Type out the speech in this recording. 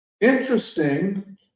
interesting